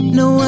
no